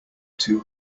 two